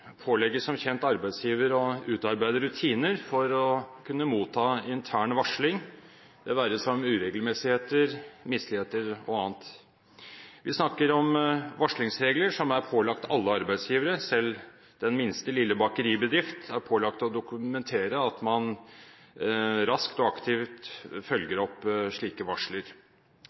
som kjent arbeidsgiver å utarbeide rutiner for å kunne motta intern varsling, det være seg om uregelmessigheter, misligheter og annet. Vi snakker om varslingsregler som er pålagt alle arbeidsgivere. Selv den minste lille bakeribedrift er pålagt å dokumentere at man raskt og aktivt følger opp slike varsler.